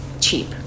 cheap